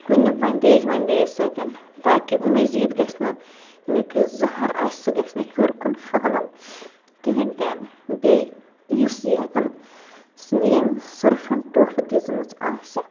کُنہِ بندیج وندیج سۭتۍ تاکہِ مزیٖد گَژھِنہٕ اَمیک یُس زہر آسہِ سُہ گَژھِ نہٕ یہو کُن پھٔلُن کِہیٖنۍ تہٕ نہٕ بیٚیہِ یُس یہِ اَتن سۄرفن ٹوٚف دِژمٕژ آسہِ